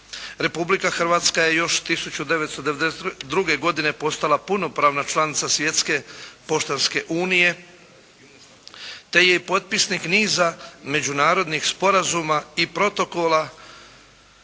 Republika Hrvatska je još 1992. godine postala punopravna članica svjetske poštanske unije, te je i potpisnik niza međunarodnih sporazuma i protokola